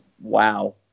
wow